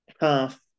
half